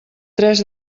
tres